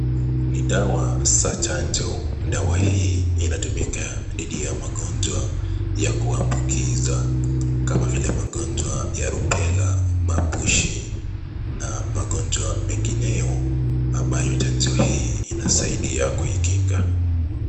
Ni dawa za chanjo. Dawa hii inatumika dhidi ya magonjwa ya kuambukiza kama vile magonjwa ya rubela, mabushi na magonjwa mengineyo ambayo chanjo hii inasaidia kuikinga.